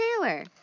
Taylor